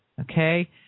okay